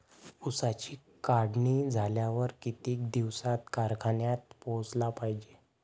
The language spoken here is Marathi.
ऊसाची काढणी झाल्यावर किती दिवसात कारखान्यात पोहोचला पायजे?